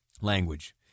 language